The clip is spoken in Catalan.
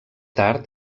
tard